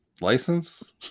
license